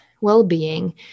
well-being